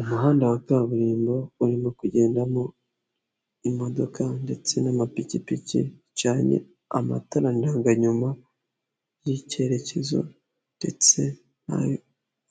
Umuhanda wa kaburimbo urimo kugendamo imodoka ndetse n'amapikipiki cyane amatara ndanga nyuma y'icyerekezo ndetse nayo